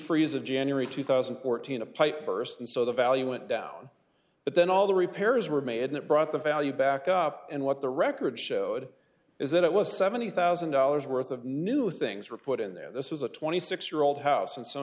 freeze of january two thousand and fourteen a pipe burst and so the value went down but then all the repairs were made and it brought the value back up and what the record showed is that it was seventy thousand dollars worth of new things were put in there this was a twenty six year old house and so